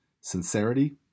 sincerity